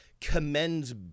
commends